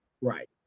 Right